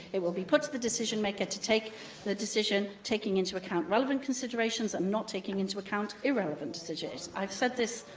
it will be put to the decision maker to take the decision, taking into account relevant considerations and not taking into into account irrelevant decisions. i've said this.